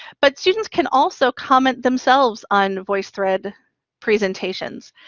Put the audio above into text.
but students can also comment themselves on voicethread presentations.